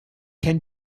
can